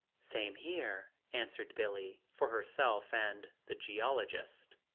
same here, answered billie, for herself and the geologist.